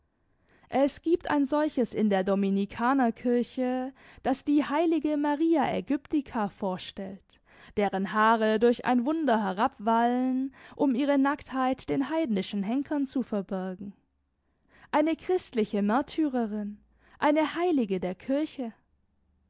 es gibt ein solches in der dominikanerkirche das die heilige maria ägyptica vorstellt deren haare durch ein wunder herabwallen um ihre nacktheit den heidnischen henkern zu verbergen eine christliche märtyrerin eine heilige der kirche